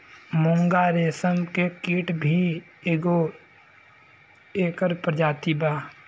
मूंगा रेशम के कीट भी एगो एकर प्रजाति बा